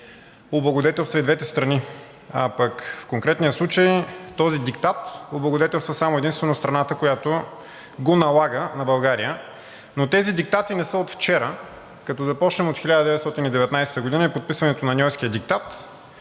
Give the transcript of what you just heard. облагодетелства и двете страни, а пък в конкретния случай този диктат облагодетелства само и единствено страната, която го налага на България. Но тези диктати не са от вчера. Като започнем от 1919 г. и подписването на Ньойския диктат,